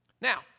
Now